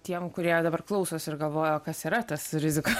tiems kurie dabar klausos ir galvoja kas yra tas rizikos